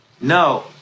No